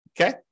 Okay